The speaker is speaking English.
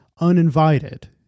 uninvited